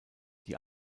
die